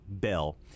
bill